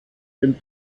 den